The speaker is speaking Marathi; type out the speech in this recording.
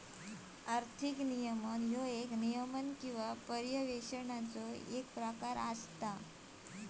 आर्थिक नियमन ह्या नियमन किंवा पर्यवेक्षणाचो येक प्रकार असा